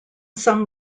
some